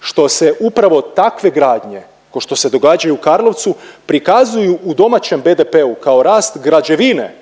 Što se upravo takve gradnje kao što se događaju u Karlovcu prikazuju u domaćem BDP-u kao rast građevine